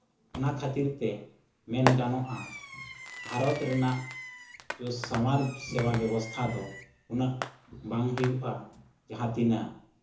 ᱚᱱᱟ ᱠᱷᱟᱹᱛᱤᱨ ᱛᱮ ᱢᱮᱱ ᱜᱟᱱᱚᱜᱼᱟ ᱵᱷᱟᱨᱚᱛ ᱨᱮᱱᱟᱜ ᱨᱩᱥ ᱥᱟᱶᱟᱨ ᱥᱮᱵᱟ ᱵᱮᱵᱚᱥᱛᱷᱟ ᱫᱚ ᱩᱱᱟᱹᱜ ᱵᱟᱝ ᱦᱩᱭᱩᱜᱼᱟ ᱡᱟᱦᱟᱸᱛᱤᱱᱟᱹᱜ